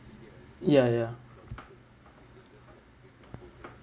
ya ya